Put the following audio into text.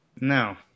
No